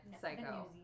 Psycho